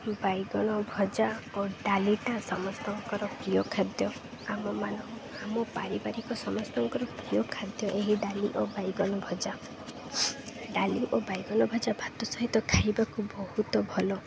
ବାଇଗଣ ଭଜା ଓ ଡାଲିଟା ସମସ୍ତଙ୍କର ପ୍ରିୟ ଖାଦ୍ୟ ଆମ ମାନ ଆମ ପାରିବାରିକ ସମସ୍ତଙ୍କର ପ୍ରିୟ ଖାଦ୍ୟ ଏହି ଡାଲି ଓ ବାଇଗଣ ଭଜା ଡାଲି ଓ ବାଇଗଣ ଭଜା ଭାତ ସହିତ ଖାଇବାକୁ ବହୁତ ଭଲ